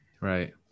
Right